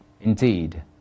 Indeed